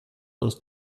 uns